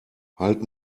halt